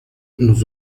nous